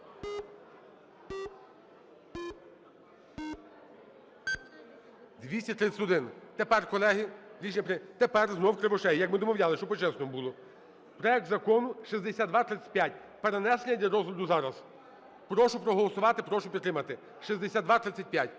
прийняте. Тепер знову Кривошея, як ми домовлялись, щоб по-чесному було. Проект Закону 6235 – перенесення для розгляду зараз. Прошу проголосувати, прошу підтримати. 6235.